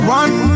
one